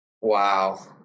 Wow